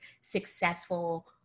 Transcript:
successful